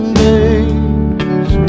days